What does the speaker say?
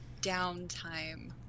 downtime